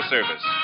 Service